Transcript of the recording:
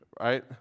right